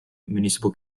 municipal